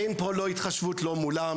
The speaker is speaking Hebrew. אין פה התחשבות לא מולם,